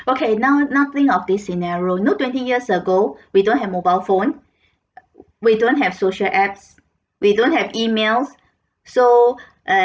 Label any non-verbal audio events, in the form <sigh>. okay now now think of this scenario you know twenty years ago <breath> we don't have mobile phone <breath> we don't have social apps we don't have emails so uh